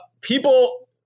People